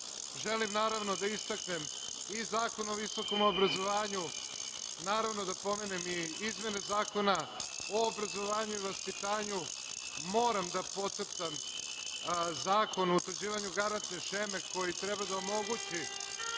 zakona. Želim da istaknem i Zakon o visokom obrazovanju. Naravno, da pomenem i izmene Zakona o obrazovanju i vaspitanju. Moram da podcrtam Zakon o utvrđivanju garantne šeme koji treba da omogući